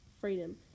freedom